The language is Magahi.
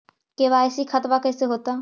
के.वाई.सी खतबा कैसे होता?